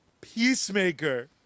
Peacemaker